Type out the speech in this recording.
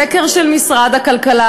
סקר של משרד הכלכלה,